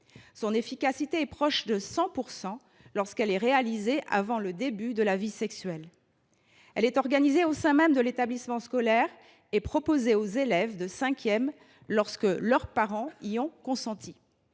Son efficacité est proche de 100 % lorsqu’elle est réalisée avant le début de la vie sexuelle. Elle est organisée au sein même de l’établissement scolaire et proposée aux élèves de cinquième lorsque leurs parents y ont consenti.